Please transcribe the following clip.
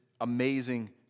amazing